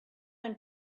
and